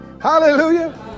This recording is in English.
Hallelujah